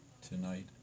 tonight